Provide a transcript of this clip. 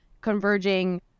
converging